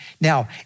Now